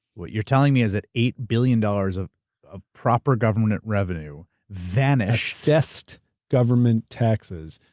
what you're telling me is that eight billion dollars of of proper government revenue vanished. assessed government taxes.